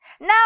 Now